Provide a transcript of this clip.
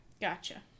Gotcha